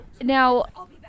Now